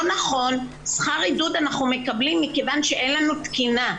שכר עידוד אנחנו מקבלים מכיוון שאין לנו תקינה.